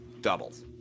Doubles